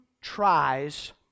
tries